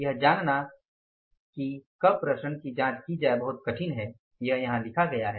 यह जानना कि कब विचरण की जाँच की जाये बहुत कठिन है यह यहाँ लिखा गया है